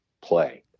play